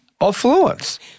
affluence